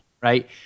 right